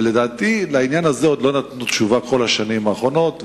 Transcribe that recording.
לדעתי לעניין הזה עוד לא נתנו תשובה כל השנים האחרונות,